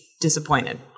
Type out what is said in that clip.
disappointed